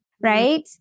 Right